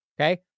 Okay